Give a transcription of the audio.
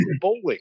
bowling